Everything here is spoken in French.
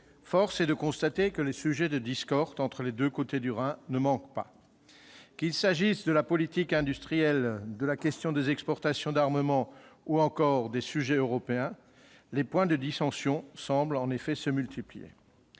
force est de constater que les sujets de discorde entre les deux côtés du Rhin ne manquent pas. Qu'il s'agisse de la politique industrielle, de la question des exportations d'armements ou encore des sujets européens, les points de dissension semblent en effet se multiplier.